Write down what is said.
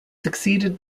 succeeded